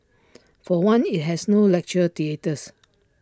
for one IT has no lecture theatres